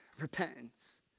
repentance